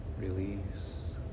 release